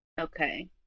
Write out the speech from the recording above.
Okay